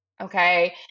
okay